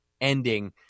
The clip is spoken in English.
ending